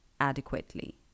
adequately